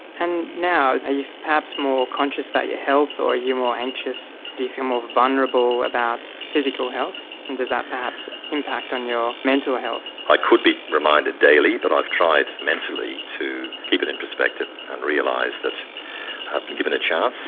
and now are you perhaps more conscious about your health or are you more anxious feel more vulnerable about so physical health, and does that perhaps impact on your mental health? i could be reminded daily, but i've tried mentally to keep it in perspective and realised that i've been given a chance.